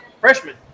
freshman